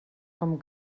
com